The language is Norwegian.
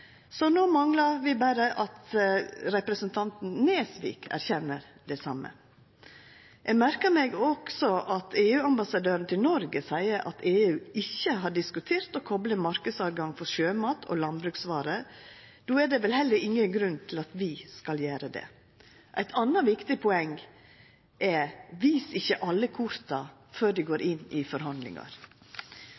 så no manglar det berre at representanten Nesvik erkjenner det same. Eg merkar meg også at EU-ambassadøren til Noreg seier at EU ikkje har diskutert å kopla marknadstilgang for sjømat og landbruksvarer. Då er det vel heller ingen grunn til at vi skal gjera det. Eit anna viktig poeng er: Vis ikkje alle korta før de går